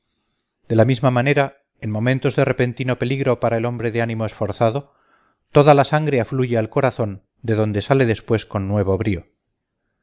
de la misma manera en momentos de repentino peligro para el hombre de ánimo esforzado toda la sangre afluye al corazón de donde sale después con nuevo brío